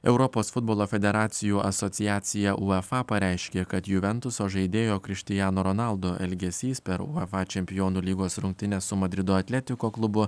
europos futbolo federacijų asociacija uefa pareiškė kad juventuso žaidėjo krištiano ronaldo elgesys per uefa čempionų lygos rungtynes su madrido atletiko klubu